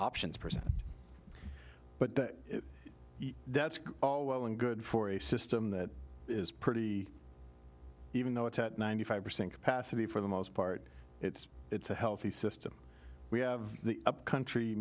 options person but that's all well and good for a system that is pretty even though it's at ninety five percent capacity for the most part it's it's a healthy system we have the upcountry